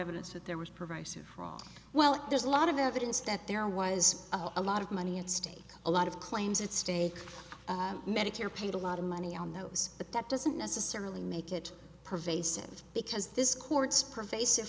evidence that there was proviso wrong well there's a lot of evidence that there was a lot of money at stake a lot of claims it stayed medicare paid a lot of money on those but that doesn't necessarily make it pervasive because this court's pervasive